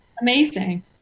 Amazing